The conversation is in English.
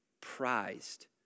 prized